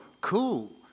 cool